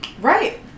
right